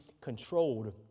controlled